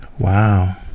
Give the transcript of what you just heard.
Wow